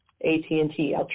AT&T